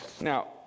Now